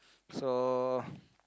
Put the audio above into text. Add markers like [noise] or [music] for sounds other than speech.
so [breath]